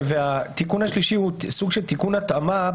התיקון השלישי הוא סוג של תיקון התאמה.